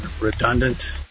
redundant